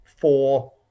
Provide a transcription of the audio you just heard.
four